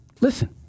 listen